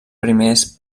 primers